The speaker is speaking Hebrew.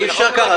אי אפשר כך.